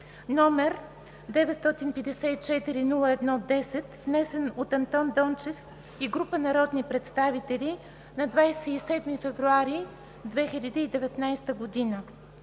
№ 954-01-10, внесен от Андон Дончев и група народни представители на 27 февруари 2019 г.